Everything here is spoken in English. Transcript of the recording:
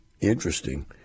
interesting